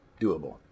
doable